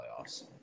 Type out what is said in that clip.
playoffs